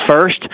first